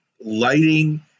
lighting